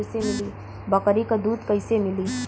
बकरी क दूध कईसे मिली?